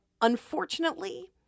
unfortunately